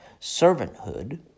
Servanthood